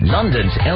London's